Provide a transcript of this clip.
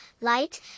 light